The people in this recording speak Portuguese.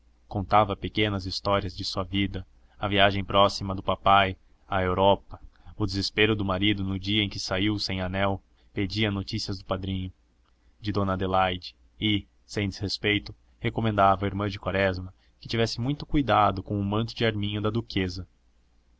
contava pequenas histórias de sua vida a viagem próxima do papai à europa o desespero do marido no dia em que saiu sem anel pedia notícias do padrinho de dona adelaide e sem desrespeito recomendava à irmã de quaresma que tivesse muito cuidado com o manto de arminho da duquesa